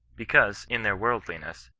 because, in their worldliness,